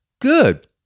Good